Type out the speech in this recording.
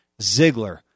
Ziggler